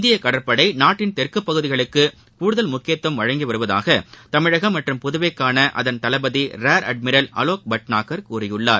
இந்திய கடற்படை நாட்டின் தெற்கு பகுதிகளுக்கு கூடுதல் முக்கியத்துவம் வழங்கி வருவதாக தமிழகம் மற்றும் புதுவைக்கான அதன் தளபதி ரியர் அட்மிரல் ஆலோக் பட்னாகர் கூறியுள்ளார்